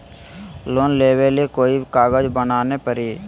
Loan लेबे ले कोई कागज बनाने परी?